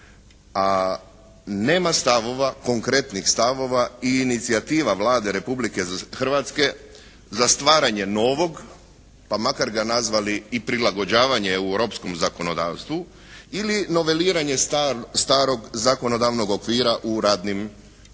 a nema stavova, konkretnih stavova i inicijativa Vlade Republike Hrvatske za stvaranje novog, pa makar ga nazvali i prilagođavanje europskom zakonodavstvu ili noveliranje starog zakonodavnog okvira u radnim odnosima.